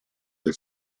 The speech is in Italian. alle